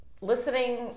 listening